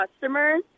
customers